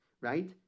right